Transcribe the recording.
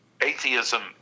atheism